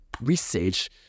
research